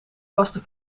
vaste